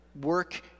work